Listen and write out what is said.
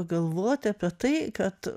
galvoti apie tai kad